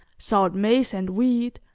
sowed maize and wheat,